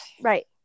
Right